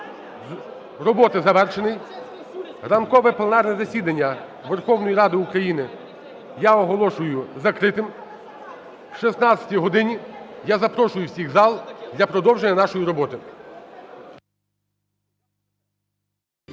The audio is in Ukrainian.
роботи завершений. Ранкове пленарне засідання Верховної Ради України я оголошую закритим. О 16 годині я запрошую всіх в зал для продовження нашої роботи.